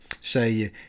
say